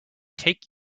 take